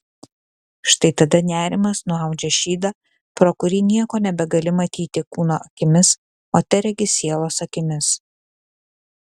štai tada nerimas nuaudžia šydą pro kurį nieko nebegali matyti kūno akimis o teregi sielos akimis